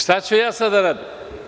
Šta ću ja sada da radim?